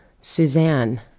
Suzanne